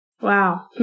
Wow